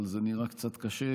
אבל זה נראה קצת קשה,